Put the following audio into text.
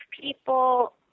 people